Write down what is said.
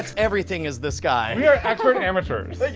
everything is the sky. we are expert amateurs. thank you,